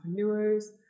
entrepreneurs